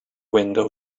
window